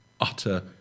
utter